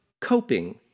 coping